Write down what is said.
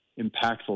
impactful